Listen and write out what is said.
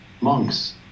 Monks